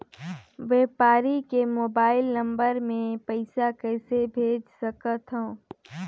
व्यापारी के mobile number मे पईसा कइसे भेज सकथव?